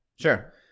Sure